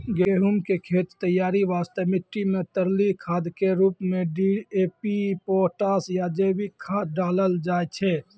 गहूम के खेत तैयारी वास्ते मिट्टी मे तरली खाद के रूप मे डी.ए.पी पोटास या जैविक खाद डालल जाय छै